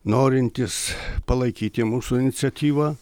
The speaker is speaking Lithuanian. norintys palaikyti mūsų iniciatyvą